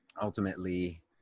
ultimately